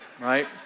Right